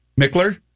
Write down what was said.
Mickler